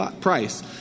price